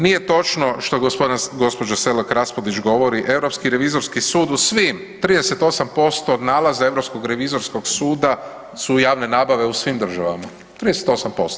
Nije točno što gospođa Selak Raspudić govori, Europski revizorski sud u svim 38% nalaza Europskog revizorskog suda su javne nabave u svim državama, 38%